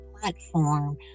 platform